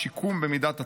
שיקום במידת הצורך.